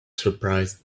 surprised